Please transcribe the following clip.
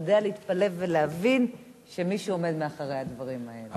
שיודע להתפלא ולהבין שמישהו עומד מאחורי הדברים האלה.